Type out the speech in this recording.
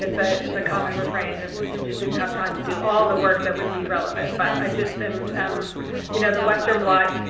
it's ah it's a common refrain that we just didn't have time to do all the work that would be relevant. but i just didn't, um you know, the western blot-physician's